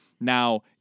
Now